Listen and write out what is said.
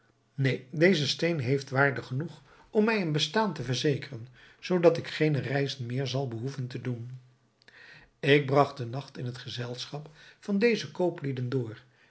neen deze steen heeft waarde genoeg om mij een bestaan te verzekeren zoodat ik geene reizen meer zal behoeven te doen ik bragt den nacht in het gezelschap van deze kooplieden door